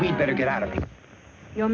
we better get out of your